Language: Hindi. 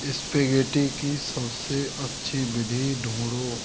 इस्पेगेटी की सबसे अच्छी बिधि ढूँढो